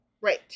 Right